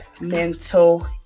mental